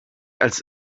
als